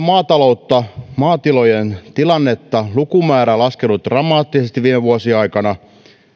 maataloutta maatilojen tilannetta lukumäärä on laskenut dramaattisesti viime vuosien aikana